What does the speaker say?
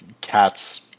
Cats